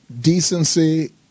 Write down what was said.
decency